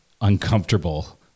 uncomfortable